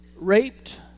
raped